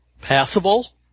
passable